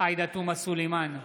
עאידה תומא סלימאן,